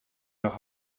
nach